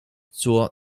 zur